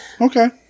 okay